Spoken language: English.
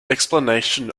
explanation